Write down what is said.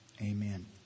Amen